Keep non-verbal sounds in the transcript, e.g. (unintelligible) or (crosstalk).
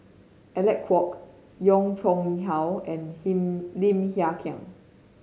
Alec Kuok Yong Pung How and (unintelligible) Lim Hng Kiang